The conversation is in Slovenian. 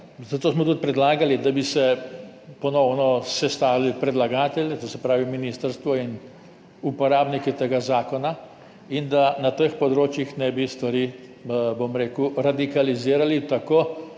Zato smo tudi predlagali, da bi se ponovno sestali predlagatelji, to se pravi ministrstvo, in uporabniki tega zakona in da na teh področjih ne bi stvari, bom rekel, radikalizirali v tako